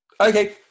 Okay